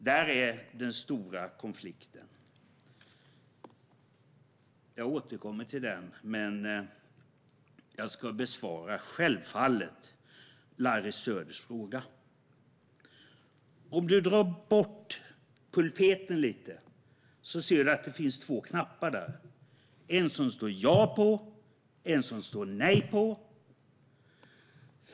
Här är den stora konflikten, och jag återkommer till den. Men jag ska självfallet besvara Larry Söders fråga. Drar du lite i pulpeten ser du att det finns två knappar där, Larry Söder. En står det ja på, och en står det nej på.